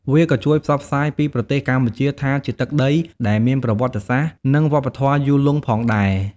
វាក៏ជួយផ្សព្វផ្សាយពីប្រទេសកម្ពុជាថាជាទឹកដីដែលមានប្រវត្តិសាស្ត្រ និងវប្បធម៌យូរលង់ផងដែរ។